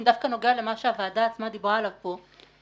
נוגע דווקא למה שהוועדה דיברה עליו פה.